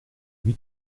lui